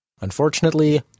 Unfortunately